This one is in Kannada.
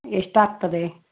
ಎಷ್ಟಾಗ್ತದೆ